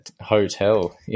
Hotel